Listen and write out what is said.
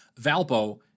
Valpo